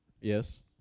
Yes